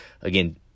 again